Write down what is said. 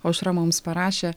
aušra mums parašė